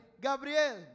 Gabriel